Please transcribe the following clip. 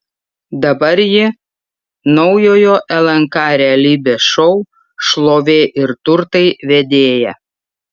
dabar ji naujojo lnk realybės šou šlovė ir turtai vedėja